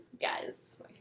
guys